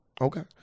Okay